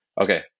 okay